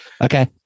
Okay